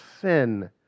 sin